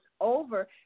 over